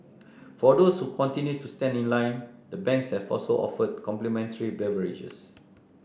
for those who continue to stand in line the banks have also offered complimentary beverages